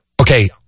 Okay